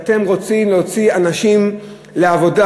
אתם רוצים להוציא אנשים לעבודה,